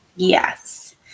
Yes